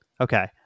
Okay